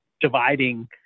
dividing